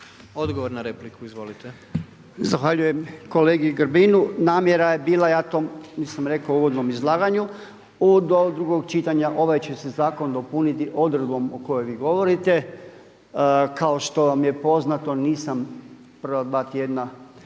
**Podolnjak, Robert (MOST)** Zahvaljujem kolegi Grbinu, namjera je bila, ja to nisam rekao u uvodnom izlaganju, do drugog čitanja ovaj će se nakon dopuniti odredbom o kojoj vi govorite. Kao što vam je poznato nisam prva dva tjedna